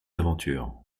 aventures